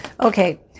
okay